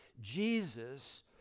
Jesus